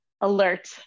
alert